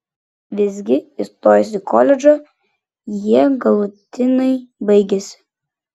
visgi įstojus į koledžą jie galutinai baigėsi